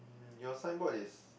your signboard is